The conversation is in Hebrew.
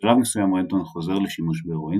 בשלב מסוים רנטון חוזר לשימוש בהירואין